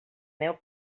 neu